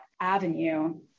avenue